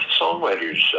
Songwriters